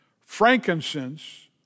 frankincense